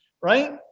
right